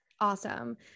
Awesome